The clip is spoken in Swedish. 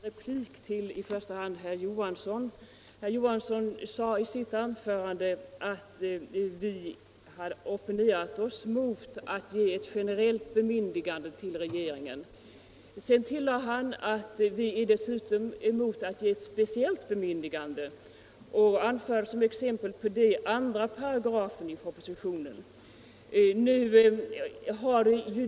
Herr talman! Jag vill bara ge en replik till i första hand herr Johansson i Trollhättan, som sade att vi har opponerat oss mot att ge ett generellt bemyndigande till regeringen. Han tillade att vi dessutom är mot att ge ett speciellt bemyndigande och anförde som exempel på det 2§ i propositionens lagförslag.